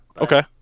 Okay